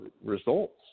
results